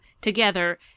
together